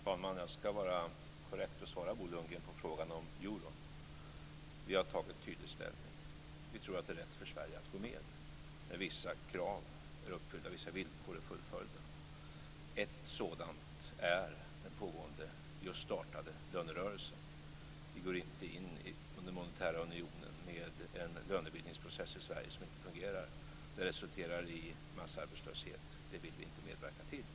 Fru talman! Jag ska vara korrekt och svara på Bo Lundgrens fråga om euron. Vi har tydligt tagit ställning. Vi tror att det är rätt för Sverige gå med i den monetära unionen när vissa krav och villkor är uppfyllda. Ett sådant är den pågående och just startade lönerörelsen. Vi går inte in i den monetära unionen med en lönebildningsprocess i Sverige som inte fungerar. Det resulterar i massarbetslöshet. Det vill vi inte medverka till.